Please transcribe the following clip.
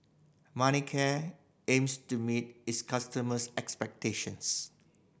manicare aims to meet its customers' expectations